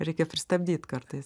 reikia pristabdyt kartais